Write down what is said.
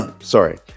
sorry